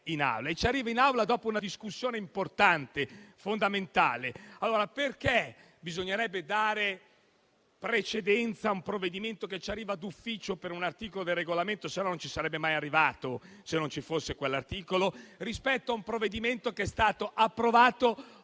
in Aula, dove arriva dopo una discussione importante, fondamentale. Perché bisognerebbe dare precedenza a un provvedimento che ci arriva d'ufficio per un articolo del Regolamento - considerato che non ci sarebbe mai arrivato se non ci fosse stato quell'articolo - rispetto a un provvedimento che è stato approfondito